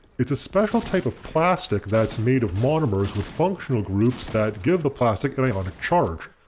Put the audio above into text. it's a special type of plastic that's made of monomers with functional groups that give the plastic an ionic charge.